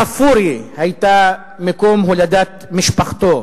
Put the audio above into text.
סאפורי היתה מקום הולדת משפחתו.